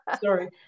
sorry